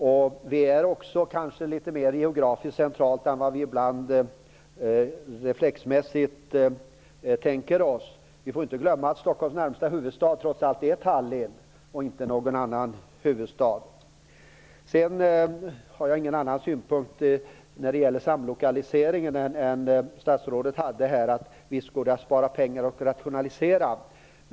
Norden är också kanske litet mer geografiskt centralt än vad vi ibland reflexmässigt tänker oss. Vi får inte glömma att den huvudstad som ligger närmast Stockholm trots allt är Tallinn. Sedan har jag inga andra synpunkter när det gäller samlokalisering än vad statsrådet hade. Hon sade att vi skulle spara pengar och rationalisera.